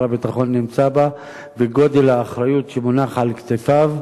הביטחון נמצא בה ואת גודל האחריות שמונחת על כתפיו,